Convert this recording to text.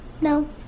No